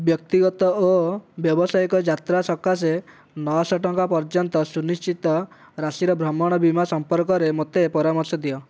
ବ୍ୟକ୍ତିଗତ ଓ ବ୍ୟବସାୟିକ ଯାତ୍ରା ସକାଶେ ନଅଶହ ଟଙ୍କା ପର୍ଯ୍ୟନ୍ତ ସୁନିଶ୍ଚିତ ରାଶିର ଭ୍ରମଣ ବୀମା ସମ୍ପର୍କରେ ମୋତେ ପରାମର୍ଶ ଦିଅ